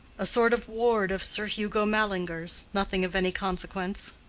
a sort of ward of sir hugo mallinger's. nothing of any consequence.